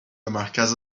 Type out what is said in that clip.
مرکز